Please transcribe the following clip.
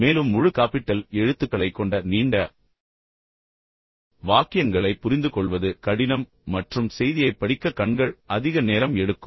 மேலும் முழு காப்பிட்டல் எழுத்துக்களைக் கொண்ட நீண்ட வாக்கியங்களை புரிந்துகொள்வது கடினம் மற்றும் செய்தியைப் படிக்க கண்கள் அதிக நேரம் எடுக்கும்